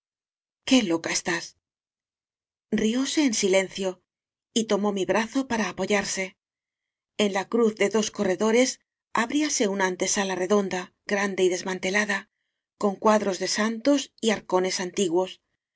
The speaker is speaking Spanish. qué loca estás rióse en silencio y tomó mi brazo para apoyarse f en la cruz de dos corredores abríase una antesala redonda grande y des mantelada con cuadros de santos y arcones antiguos